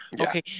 okay